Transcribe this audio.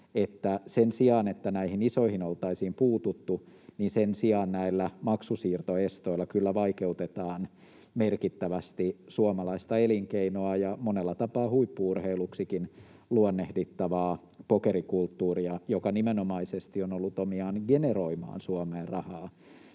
sen sijaan, että näihin isoihin oltaisiin puututtu, näillä maksunsiirtoestoilla vaikeutetaan merkittävästi suomalaista elinkeinoa ja monella tapaa huippu-urheiluksikin luonnehdittavaa pokerikulttuuria, joka nimenomaisesti on ollut omiaan generoimaan Suomeen rahaa,